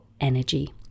energy